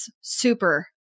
super